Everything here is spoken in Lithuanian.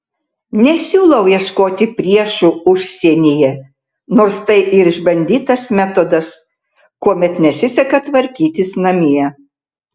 nesiūlau ieškoti priešų užsienyje nors tai ir išbandytas metodas kuomet nesiseka tvarkytis namie